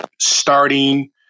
starting